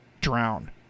drown